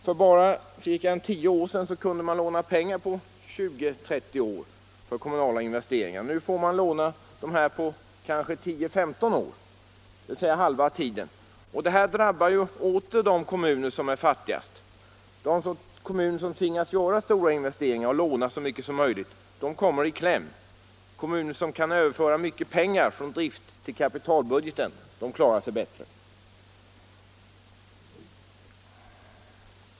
För bara ca tio år sedan kunde man låna pengar på 20-30 år för kommunala investeringar. Nu får man låna på kanske 10-15 år, dvs. halva tiden. Det drabbar åter de kommuner som är fattigast. De kommuner som tvingas göra stora investeringar och låna så mycket som möjligt kommer i kläm. De kommuner som kan överföra mycket pengar från drifttill kapitalbudgeten klarar sig bättre.